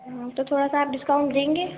ہاں تو تھوڑا سا آپ ڈسکاؤنٹ دیں گے